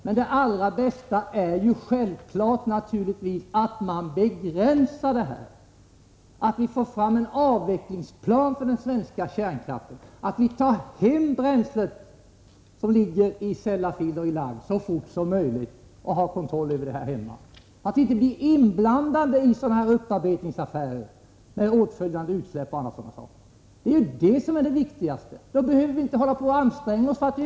Men det allra bästa är självfallet att vi får fram en avvecklingsplan för den svenska kärnkraften, att vi så fort som möjligt tar hem bränslet som ligger i Sellafield och i La Hague och har kontroll över det här hemma, att vi inte blir inblandade i upparbetningsaffärer med åtföljande utsläpp och andra sådana saker. Det är det viktigaste.